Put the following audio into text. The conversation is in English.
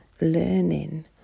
Learning